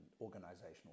organizational